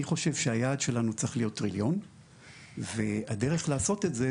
אני חושב שהיעד שלנו צריך להיות טריליון והדרך לעשות את זה,